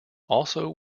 also